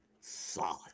solid